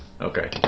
Okay